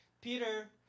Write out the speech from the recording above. Peter